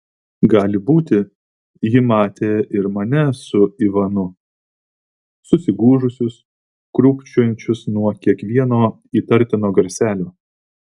gali būti ji matė ir mane su ivanu susigūžusius krūpčiojančius nuo kiekvieno įtartino garselio